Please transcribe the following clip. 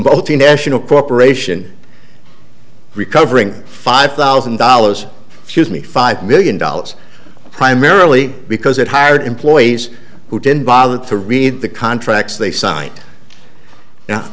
multinational corporation recovering five thousand dollars shoes me five million dollars primarily because it hired employees who didn't bother to read the contracts they sign